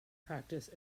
practice